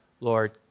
Lord